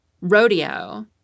rodeo